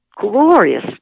glorious